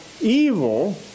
evil